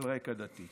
על רקע דתי.